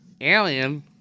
Alien